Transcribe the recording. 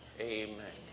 Amen